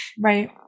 Right